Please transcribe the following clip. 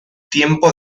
tiempo